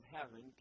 Heaven